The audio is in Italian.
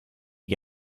che